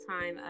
time